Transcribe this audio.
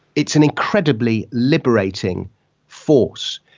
it's an incredibly liberating force.